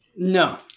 No